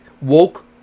woke